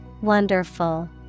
Wonderful